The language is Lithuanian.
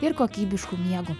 ir kokybišku miegu